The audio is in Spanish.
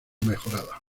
mejorada